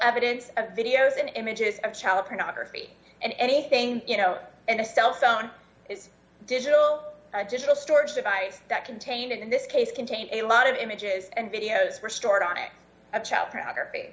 evidence of videos and images of child pornography and anything you know and a cell phone is digital additional storage device that contained in this case contain a lot of images and videos were stored on it a child pornography